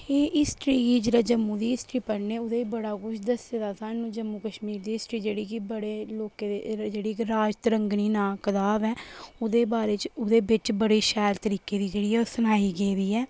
एह् हिस्ट्री जेल्लै जम्मू दी हिस्ट्री पढ़ने ओह्दे च बड़ा कुछ दस्से दा तां ई जम्मू कश्मीर दी हिस्ट्री जेह्ड़ी के बड़े लोकें दे जेह्ड़ी इक राज तरंगनी नां कताब ऐ ओह्दे बारे च ओह्दे बिच बड़े शैल तरीके दी जेह्ड़ी ऐ ओह् सनाई गेदी ऐ